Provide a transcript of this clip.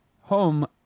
home